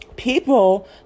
people